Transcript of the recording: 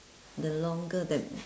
the longer that